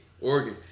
Oregon